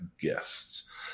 gifts